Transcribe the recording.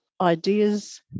ideas